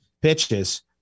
pitches